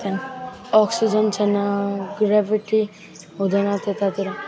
त्यहाँ अक्सिजन छैन ग्र्याभिटी हुँदैन त्यतातिर